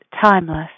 timeless